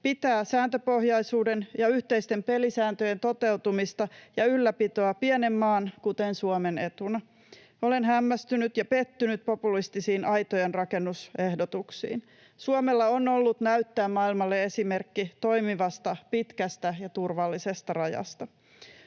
pitää sääntöpohjaisuuden ja yhteisten pelisääntöjen toteutumista ja ylläpitoa pienen maan, kuten Suomen, etuna. Olen hämmästynyt ja pettynyt populistisiin aitojenrakennusehdotuksiin. Suomella on ollut näyttää maailmalle esimerkki toimivasta pitkästä ja turvallisesta rajasta.